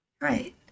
Right